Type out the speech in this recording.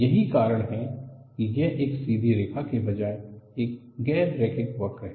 यही कारण है कि यह एक सीधी रेखा के बजाय एक गैर रैखिक वक्र है